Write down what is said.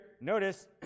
notice